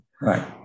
Right